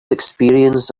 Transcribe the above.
experience